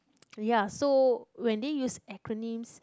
ya so when they use acronym